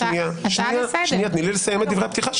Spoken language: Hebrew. אתה יכול להירשם לדבר,